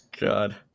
God